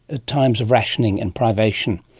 at times of rationing and privation.